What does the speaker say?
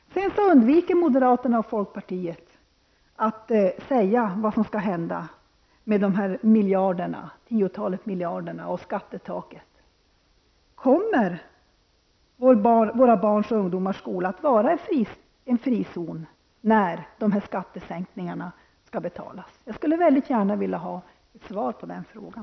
Moderaterna och folkpartiet undviker att säga vad som skall hända med de tiotalet miljarderna och skattetaket. Kommer våra barns ungdomsskola att vara en frizon när det gäller hur skattesänkningarna skall betalas? Jag vill gärna ha ett svar på den frågan.